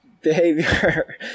behavior